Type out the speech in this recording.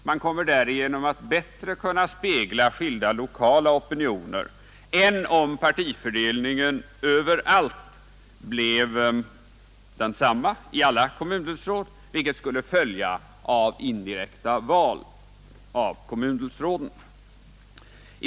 Man kommer därigenom att bättre kunna spegla skilda lokala opinioner än om partifördelningen överallt blev densamma i alla kommundelsråd, vilket skulle följa av indirekta val.